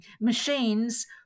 machines